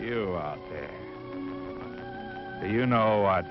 you you know i